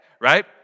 right